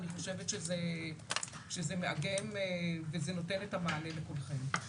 אני חושבת שזה נותן את המענה לכולכם.